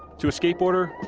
to a skateboarder,